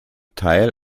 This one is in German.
teil